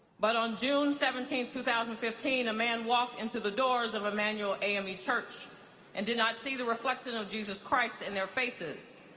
but on june seventeenth two thousand and fifteen, a man walked into the doors of emmanuel ame church and did not see the reflection of jesus christ in their faces.